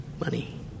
money